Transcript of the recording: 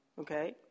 okay